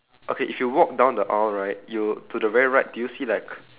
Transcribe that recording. okay if you walk down the aisle right you'll to the very right do you see like